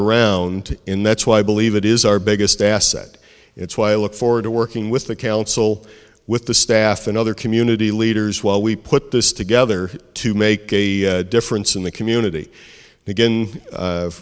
around in that's why i believe it is our biggest asset it's why i look forward to working with the council with the staff and other community leaders while we put this together to make a difference in the community